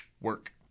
work